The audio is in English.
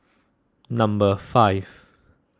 number five